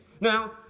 Now